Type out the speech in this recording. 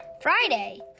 Friday